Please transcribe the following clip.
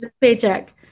paycheck